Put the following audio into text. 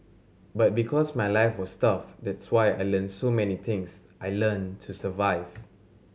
but because my life was tough that's why I learnt so many things I learnt to survive